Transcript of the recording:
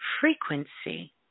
frequency